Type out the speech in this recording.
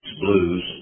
blues